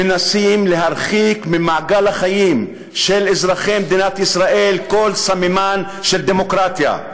מנסים להרחיק ממעגל החיים של אזרחי מדינת ישראל כל סממן של דמוקרטיה.